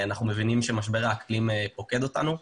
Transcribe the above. אנחנו מבינים שמשבר האקלים פוקד אותנו,